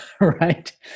right